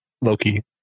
Loki